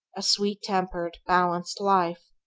a sweet-tempered, balanced life?